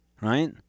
right